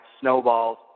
snowballs